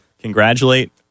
congratulate